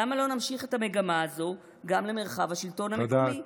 למה שלא נמשיך את המגמה הזו גם למרחב השלטון המקומי?